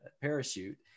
parachute